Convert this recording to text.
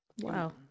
Wow